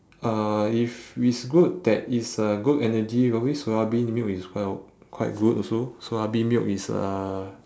uh if it's good that is uh good energy probably soya bean milk is well quite good also soya bean milk is a